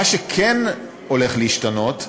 מה שכן הולך להשתנות,